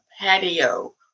patio